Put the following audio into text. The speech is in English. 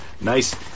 Nice